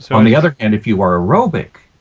so on the other hand if you are aerobic,